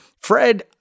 Fred